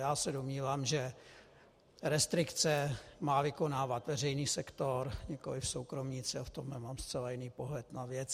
Já se domnívám, že restrikce má vykonávat veřejný sektor, nikoliv soukromníci, v tomhle mám zcela jiný pohled na věc.